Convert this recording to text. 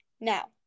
Now